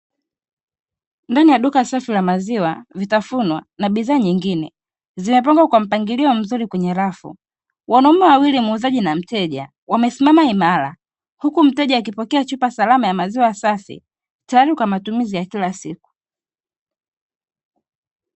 Ndani ya duka safi la maziwa, vitafunwa na bidhaa nyingine zimepangwa kwa mpangilio mzuri kwenye rafu. Wanaume wawili muuzaji na mteja wamesimama imara, huku mteja akipokea chupa safi ya mzaiwa safi, tayari kwa matumizi ya kila siku.